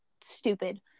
stupid